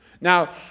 Now